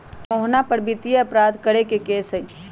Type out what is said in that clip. मोहना पर वित्तीय अपराध करे के केस हई